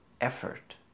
effort